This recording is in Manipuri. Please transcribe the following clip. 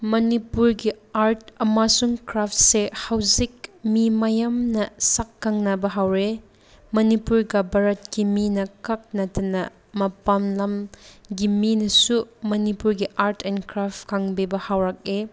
ꯃꯅꯤꯄꯨꯔꯒꯤ ꯑꯥꯔꯠ ꯑꯃꯁꯨꯡ ꯀ꯭ꯔꯥꯐꯁꯦ ꯍꯧꯖꯤꯛ ꯃꯤ ꯃꯌꯥꯝꯅ ꯁꯛ ꯈꯪꯅꯕ ꯍꯧꯔꯦ ꯃꯅꯤꯄꯨꯔꯒ ꯚꯥꯔꯠꯀꯤ ꯃꯤꯅꯈꯛ ꯅꯠꯇꯅ ꯃꯄꯥꯟ ꯂꯝꯒꯤ ꯃꯤꯅꯁꯨ ꯃꯅꯤꯄꯨꯔꯒꯤ ꯑꯥꯔꯠ ꯑꯦꯟ ꯀ꯭ꯔꯥꯐ ꯈꯪꯕꯤꯕ ꯍꯧꯔꯛꯑꯦ